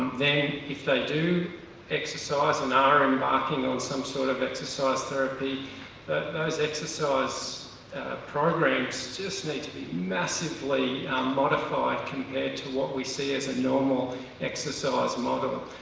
then if they do exercise and are embarking on some sort of exercise therapy those exercise and ah programs just need to be massively modified compared to what we see as a normal exercise model.